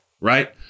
right